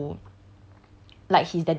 he's a person who